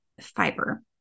fiber